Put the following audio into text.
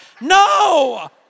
No